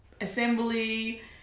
assembly